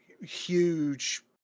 huge